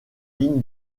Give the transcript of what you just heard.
ligne